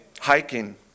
Hiking